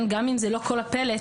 גם אם זה לא כל הפלט,